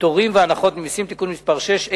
(פטורים והנחות ממסים) (תיקון מס' 6),